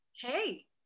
hey